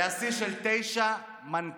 היה שיא של תשע מנכ"ליות,